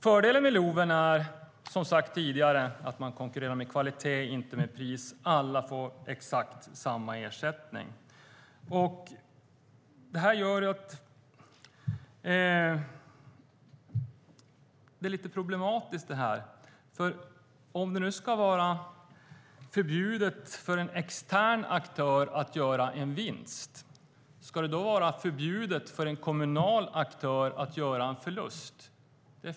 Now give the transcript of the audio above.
Fördelen med LOV är som sagt att man konkurrerar med kvalitet, inte med pris. Alla får exakt samma ersättning. Det är lite problematiskt: Om det ska vara förbjudet för en extern aktör att göra vinst, ska det då vara förbjudet för en kommunal aktör att göra förlust?